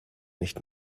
nicht